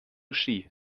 ski